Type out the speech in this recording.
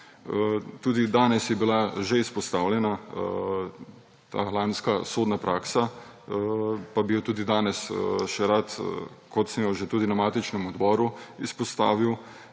Danes je bila že izpostavljena lanska sodna praksa, pa bi jo tudi danes še rad, kot sem jo že na matičnem odboru, izpostavil